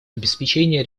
обеспечение